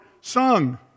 sung